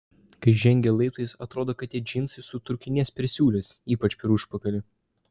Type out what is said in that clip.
kai žengia laiptais atrodo kad tie džinsai sutrūkinės per siūles ypač per užpakalį